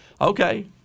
Okay